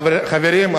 חברים,